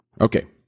Okay